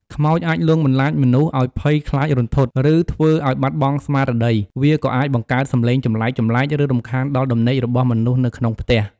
ខ្មោចអាចលងបន្លាចមនុស្សឱ្យភ័យខ្លាចរន្ធត់ ឬធ្វើឱ្យបាត់បង់ស្មារតី វាក៏អាចបង្កើតសំឡេងចម្លែកៗ ឬរំខានដល់ដំណេករបស់មនុស្សនៅក្នុងផ្ទះ។